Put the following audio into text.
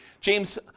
James